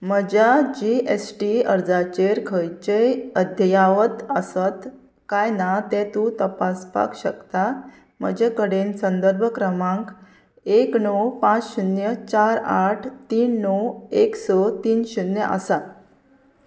म्हज्या G S T अर्जाचेर खंयचेय अध्यावत आसत काय ना तें तूं तपासपाक शकता म्हजे कडेन संदर्भ क्रमांक एक णव पांच शुन्य चार आठ तीन णव एक स तीन शुन्य आसा